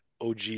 OG